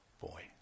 boy